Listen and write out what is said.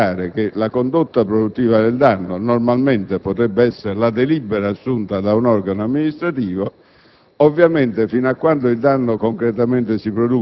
Basti pensare che la condotta produttiva del danno normalmente potrebbe essere la delibera assunta da un organo amministrativo.